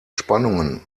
spannungen